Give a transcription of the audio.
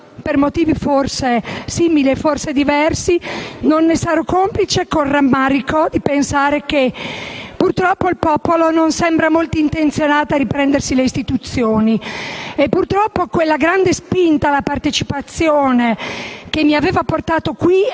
per motivi forse simili e forse diversi; non ne sarò complice anche con rammarico, pensando che purtroppo il popolo non sembra molto intenzionato a riprendersi le istituzioni. Purtroppo, quella grande spinta alla partecipazione che mi aveva portato qui